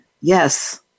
Yes